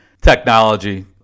technology